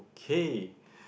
okay